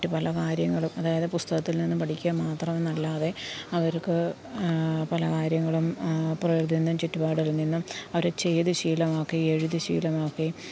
മറ്റ് പല കാര്യങ്ങളും അതായത് പുസ്തകത്തില് നിന്നും പഠിക്കുക മാത്രം എന്നല്ലാതെ അവര്ക്ക് പല കാര്യങ്ങളും പ്രകൃതിയിൽ നിന്നും ചുറ്റുപാടുകളില് നിന്നും അവര് ചെയ്ത് ശീലമാക്കി എഴുതി ശീലമാക്കി